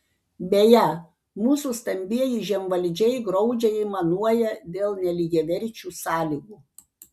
beje mūsų stambieji žemvaldžiai graudžiai aimanuoja dėl nelygiaverčių sąlygų